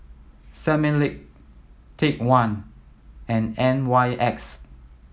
Similac Take One and N Y X